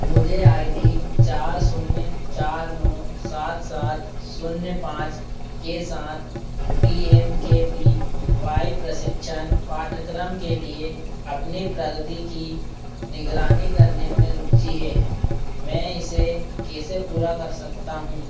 मुझे I D चार शून्य चार नो सात सात शून्य पाँच के साथ P M K B Y प्रशिक्षण पाठ्यक्रम के लिए अपनी प्रगति की निगरानी करने में रुचि है मैं इसे कैसे पूरा कर सकता हूँ